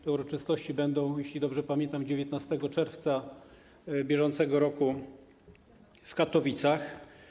Te uroczystości odbędą się, jeśli dobrze pamiętam, 19 czerwca br. w Katowicach.